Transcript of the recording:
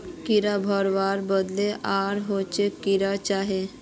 कीड़ा भगवार बाद आर कोहचे करवा होचए?